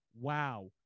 Wow